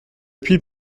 puis